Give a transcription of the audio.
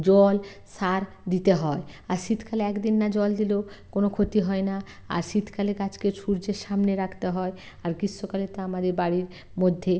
জল সার দিতে হয় আর শীতকালে একদিন না জল দিলেও কোনো ক্ষতি হয় না আর শীতকালে গাছকে সূর্যের সামনে রাখতে হয় আর গ্রীষ্মকালে তো আমাদের বাড়ির মধ্যে